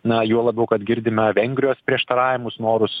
na juo labiau kad girdime vengrijos prieštaravimus norus